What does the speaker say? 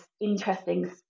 interesting